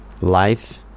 Life